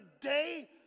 day